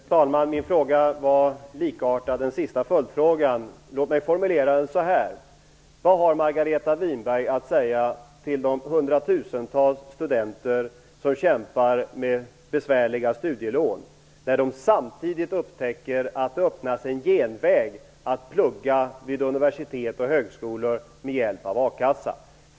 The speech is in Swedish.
Fru talman! Min fråga är likartad den sista följdfrågan. Låt mig formulera det så här: Vad har Margareta Winberg att säga till de hundratusentals studenter som kämpar med besvärliga studielån när de samtidigt upptäcker att det öppnas en genväg, nämligen att alltså plugga vid universitet och högskolor med hjälp av a-kassa?